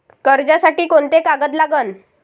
कर्जसाठी कोंते कागद लागन?